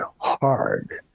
hard